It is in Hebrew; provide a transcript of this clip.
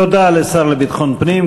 תודה לשר לביטחון פנים,